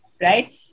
right